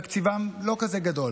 תקציבם לא כזה גדול,